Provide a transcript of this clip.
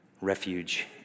refuge